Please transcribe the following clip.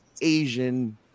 Asian